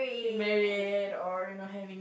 married or you know having